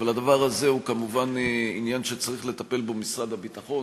אבל הדבר הזה הוא כמובן עניין שצריך לטפל בו משרד הביטחון,